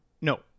no